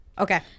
okay